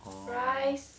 orh